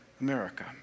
America